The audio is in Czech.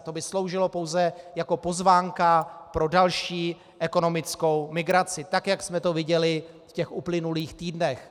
To by sloužilo pouze jako pozvánka pro další ekonomickou migraci, tak jak jsme to viděli v uplynulých týdnech.